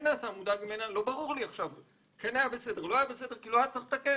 מודאג ממנה - על כך שלא היה צריך לתקן,